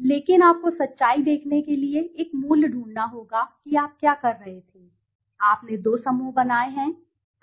लेकिन आपको सच्चाई देखने के लिए एक मूल्य ढूंढना होगा कि आप क्या कर रहे थे आपने दो समूह बनाए हैं